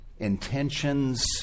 Intentions